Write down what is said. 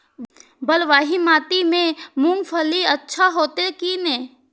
बलवाही माटी में मूंगफली अच्छा होते की ने?